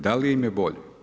Da li im je bolje?